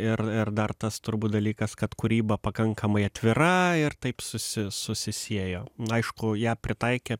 ir dar tas turbūt dalykas kad kūryba pakankamai atvira ir taip susi susisiejo aišku ją pritaikė